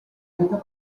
waited